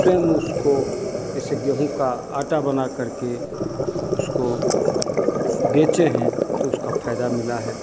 स्वयं उसको जैसे गेंहू का आटा बना कर के उसको बेचे हैं तो उसका फ़ायदा मिला है